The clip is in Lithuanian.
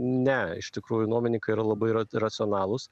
ne iš tikrųjų nuomininkai yra labai ra racionalūs